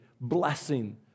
blessing